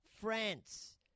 France